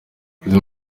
ese